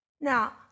Now